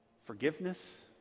Forgiveness